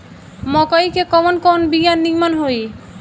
मकई के कवन कवन बिया नीमन होई?